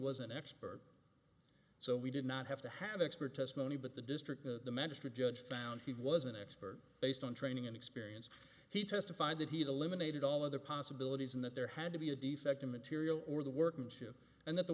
was an expert so we did not have to have expert testimony but the district magistrate judge found he was an expert based on training and experience he testified that he had eliminated all other possibilities and that there had to be a defect in material or the workmanship and that the